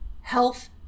health